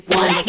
one